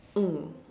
mm